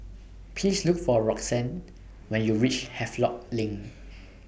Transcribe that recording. Please Look For Roxane when YOU REACH Havelock LINK